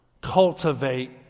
Cultivate